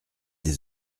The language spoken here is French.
des